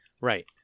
Right